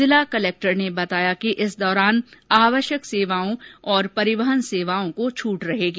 जिला कलेक्टर ने बताया इस दौरान आवश्यक सेवाओं और परिवहन सेवाओ को छूट रहेगी